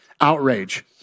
outrage